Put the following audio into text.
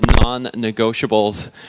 non-negotiables